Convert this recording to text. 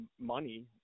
money